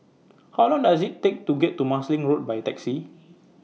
How Long Does IT Take to get to Marsiling Road By Taxi